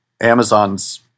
Amazon's